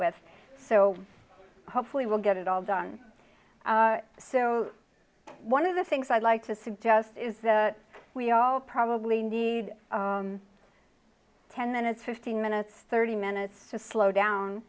with so hopefully we'll get it all done so one of the things i'd like to suggest is that we all probably need ten minutes fifteen minutes thirty minutes to slow down